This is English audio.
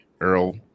earl